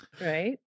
Right